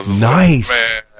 Nice